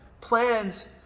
plans